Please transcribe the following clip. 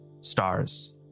stars